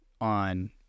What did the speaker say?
on